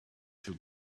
too